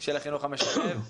של החינוך המשלב.